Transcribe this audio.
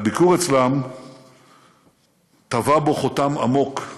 והביקור אצלם טבע בו חותם עמוק.